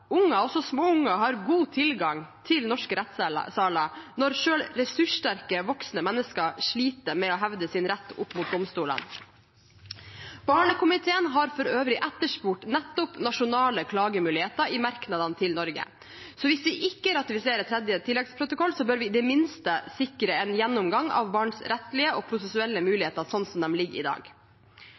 også små unger, har god tilgang til norske rettssaler, når selv ressurssterke voksne mennesker sliter med å hevde sin rett opp mot domstolene? Barnekomiteen har for øvrig etterspurt nettopp nasjonale klagemuligheter i merknadene til Norge. Så hvis vi ikke ratifiserer tredje tilleggsprotokoll, bør vi i det minste sikre en gjennomgang av barns rettslige og prosessuelle muligheter slik som de ligger i dag.